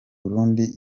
burundi